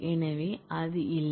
எனவே அது இல்லை